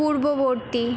পূর্ববর্তী